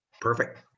perfect